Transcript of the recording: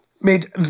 Made